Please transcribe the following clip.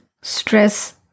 stress